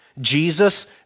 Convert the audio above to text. Jesus